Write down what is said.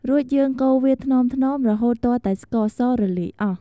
រួចយើងកូរវាថ្នមៗរហូតទាល់តែស្ករសរលាយអស់។